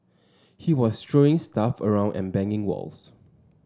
he was throwing stuff around and banging walls